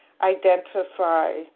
identify